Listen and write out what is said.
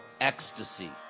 ecstasy